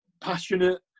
passionate